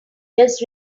just